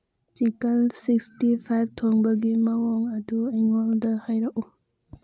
chicken sixty five ꯊꯣꯡꯕꯒꯤ ꯃꯑꯣꯡ ꯑꯗꯨ ꯑꯩꯉꯣꯟꯗ ꯍꯥꯏꯔꯛꯎ